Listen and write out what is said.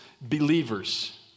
believers